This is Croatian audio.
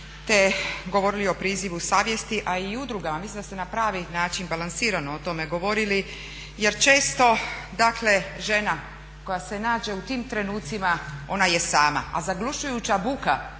te govorili o prizivu savjesti a i udrugama. Mislim da ste na pravi način balansirano o tome govorili jer često dakle žena koja se nađe u tim trenucima ona je sama, a zaglušujuća buka